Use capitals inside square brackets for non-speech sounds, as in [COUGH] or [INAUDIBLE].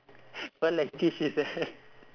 [LAUGHS] what language is that [LAUGHS]